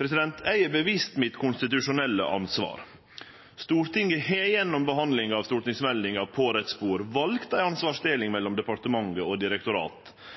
Eg er medviten mitt konstitusjonelle ansvar. Stortinget har gjennom behandlinga av stortingsmeldinga «På rett spor» valt ei ansvarsdeling mellom departement og direktorat